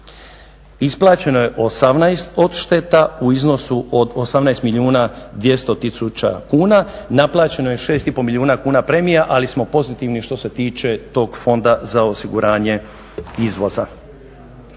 Isplaćeno je 18 odšteta u iznosu od 18 milijuna 200 tisuća kuna, naplaćeno je 6,5 milijuna kuna premija ali smo pozitivni što se tiče tog fonda za osiguranje izvoza.